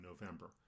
November